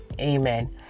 amen